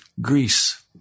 Greece